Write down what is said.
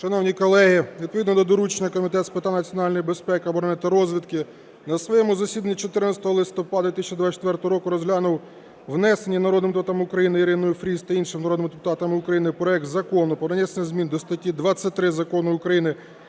Шановні колеги, відповідно до доручення Комітет з питань національної безпеки, оборони та розвідки на своєму засіданні 14 листопада 2024 року розглянув внесені народним депутатом України Іриною Фріз та іншими народними депутатами України проект Закону про внесення змін до статті 23 Закону України